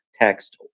text